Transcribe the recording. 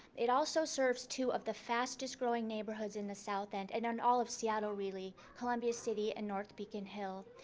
it also serves two of the fastest growing neighborhoods in the south and and an all of seattle really columbia city and north beacon hill.